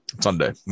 Sunday